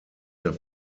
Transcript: their